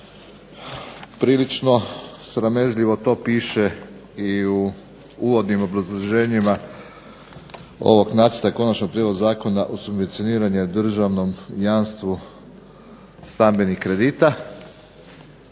prilično sramežljivo to piše i u uvodnim obrazloženjima ovog nacrta Konačnog prijedloga Zakona o subvencioniranju i državnom jamstvu stambenih kredita,